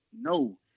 no